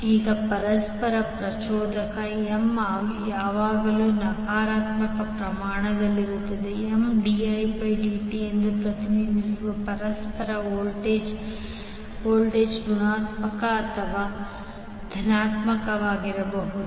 ಈಗ ಪರಸ್ಪರ ಪ್ರಚೋದಕ M ಯಾವಾಗಲೂ ಸಕಾರಾತ್ಮಕ ಪ್ರಮಾಣವಾಗಿದ್ದರೂ Mdi dt ಎಂದು ಪ್ರತಿನಿಧಿಸುವ ಪರಸ್ಪರ ವೋಲ್ಟೇಜ್ ಋಣಾತ್ಮಕ ಅಥವಾ ಧನಾತ್ಮಕವಾಗಿರಬಹುದು